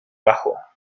bajo